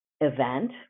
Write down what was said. event